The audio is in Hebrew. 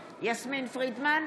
פרידמן,